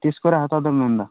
ᱛᱤᱥ ᱠᱚᱨᱮ ᱦᱟᱛᱟᱣ ᱫᱚᱢ ᱢᱮᱱᱮᱫᱟ